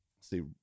See